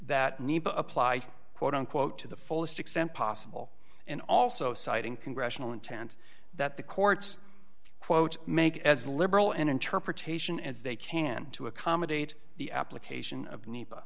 to apply to quote unquote to the fullest extent possible and also citing congressional intent that the court's quote make as liberal an interpretation as they can to accommodate the application of ne